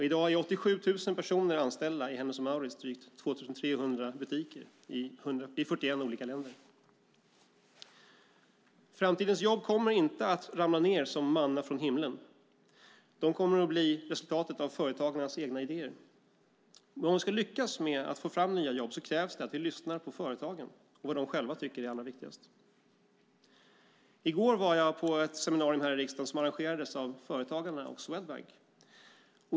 I dag är 87 000 personer anställda i Hennes & Mauritz drygt 2 300 butiker i 41 olika länder. Framtidens jobb kommer inte att ramla ned som manna från himlen. De kommer att bli resultatet av företagarnas egna idéer. Om vi ska lyckas med att få fram nya jobb krävs att vi lyssnar på företagen och vad de själva tycker är allra viktigast. I går var jag på ett seminarium här i riksdagen som arrangerades av Företagarna och Swedbank.